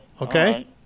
Okay